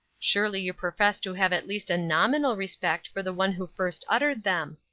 surely you profess to have at least a nominal respect for the one who first uttered them!